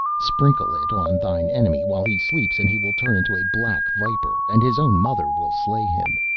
sprinkle it on thine enemy while he sleeps, and he will turn into a black viper, and his own mother will slay him.